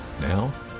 Now